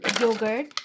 yogurt